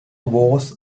was